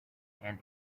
and